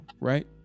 right